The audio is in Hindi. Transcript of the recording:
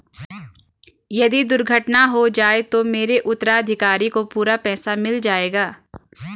यदि दुर्घटना हो जाये तो मेरे उत्तराधिकारी को पूरा पैसा मिल जाएगा?